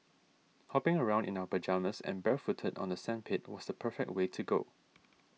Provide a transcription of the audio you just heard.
hopping around in our pyjamas and barefooted on the sandpit was the perfect way to go